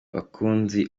bakunzi